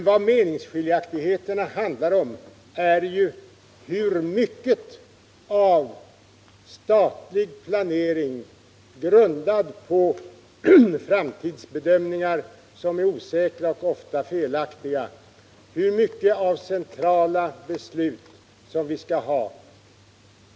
Vad meningsskiljaktigheterna handlar om är ju hur mycket av statlig planering, grundad på framtidsbedömningar — som är osäkra och ofta felaktiga —, hur mycket av centrala beslut som vi skall ha.